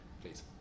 please